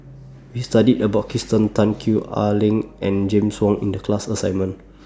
We studied about Kirsten Tan Gwee Ah Leng and James Wong in The class assignment